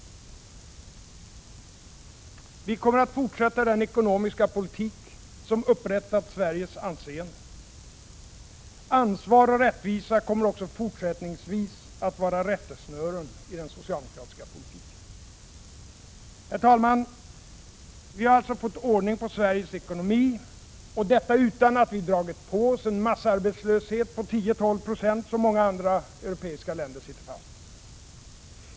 Vi kommer att fortsätta den ekonomiska politik som nu återupprättat Sveriges anseende. Ansvar och rättvisa kommer också fortsättningsvis att vara rättesnören i den socialdemokratiska politiken. Herr talman! Vi har fått ordning på Sveriges ekonomi — och detta utan att vi dragit på oss den massarbetslöshet på 10-12 26 som många andra europeiska länder nu sitter fast i.